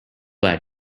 lad